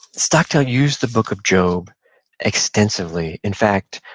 stockdale used the book of job extensively. in fact,